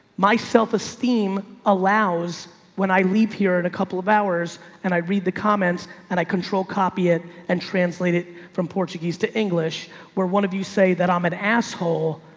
my self esteem allows when i leave here in a couple of hours and i read the comments and i control copy it and translate it from portuguese to english where one of you say that i'm an asshole.